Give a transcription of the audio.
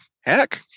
heck